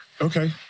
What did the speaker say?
Okay